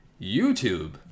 YouTube